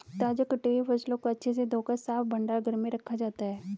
ताजा कटी हुई फसलों को अच्छे से धोकर साफ भंडार घर में रखा जाता है